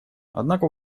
однако